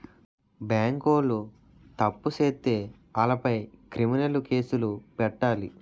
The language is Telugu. బేంకోలు తప్పు సేత్తే ఆలపై క్రిమినలు కేసులు పెట్టాలి